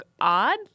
odd